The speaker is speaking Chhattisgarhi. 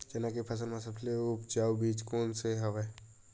चना के फसल म सबले उपजाऊ बीज कोन स हवय?